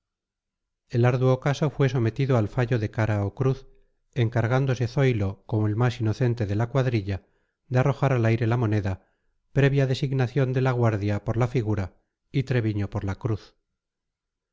arduo caso fue sometido al fallo de cara o cruz encargándose zoilo como el más inocente de la cuadrilla de arrojar al aire la moneda previa designación de la guardia por la figura y treviño por la cruz